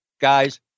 Guys